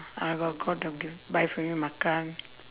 I got go buy for him makan